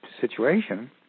situation